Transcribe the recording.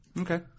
okay